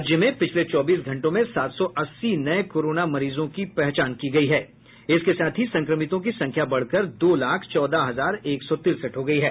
राज्य में पिछले चौबीस घंटों में सात सौ अस्सी नये कोरोना मरीजों की पहचान के साथ संक्रमितों की संख्या बढ़कर दो लाख चौदह हजार एक सौ तिरसठ हो गयी है